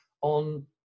on